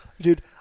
dude